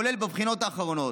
כולל בבחירות האחרונות.